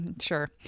Sure